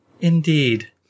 Indeed